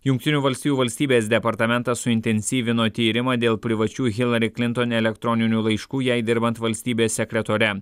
jungtinių valstijų valstybės departamentas suintensyvino tyrimą dėl privačių hilari klinton elektroninių laiškų jai dirbant valstybės sekretore